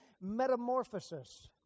metamorphosis